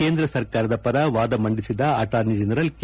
ಕೇಂದ ಸರ್ಕಾರದ ಪರ ವಾದ ಮಂಡಿಸಿದ ಅಣಾರ್ನಿ ಜನರಲ್ ಕೆ